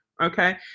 Okay